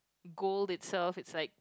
gold itself is like